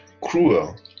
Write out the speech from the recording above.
cruel